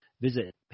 Visit